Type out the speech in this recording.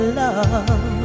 love